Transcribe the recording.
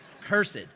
Cursed